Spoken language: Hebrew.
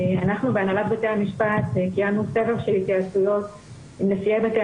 אנחנו בהנהלת בתי המשפט קיימנו סבב של התייעצויות עם נשיאי בתי